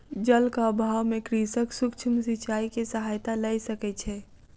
जलक अभाव में कृषक सूक्ष्म सिचाई के सहायता लय सकै छै